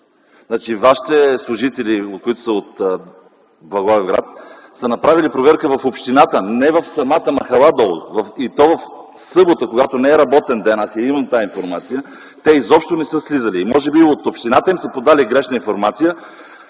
истина. Вашите служители, които са от Благоевград, са направили проверка в общината, а не долу в самата махала и то в събота, когато не е работен ден. Аз я имам тази информация. Те изобщо не са слизали в махалата. Може би от общината са им подали грешна информация,